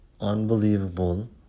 unbelievable